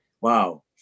wow